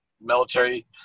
military